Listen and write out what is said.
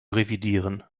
revidieren